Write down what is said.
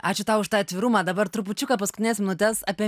ačiū tau už tą atvirumą dabar trupučiuką paskutines minutes apie